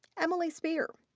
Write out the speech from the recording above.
emily spear.